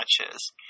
matches